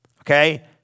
Okay